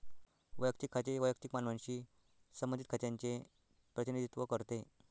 वैयक्तिक खाते वैयक्तिक मानवांशी संबंधित खात्यांचे प्रतिनिधित्व करते